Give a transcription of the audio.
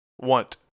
want